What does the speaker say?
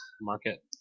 market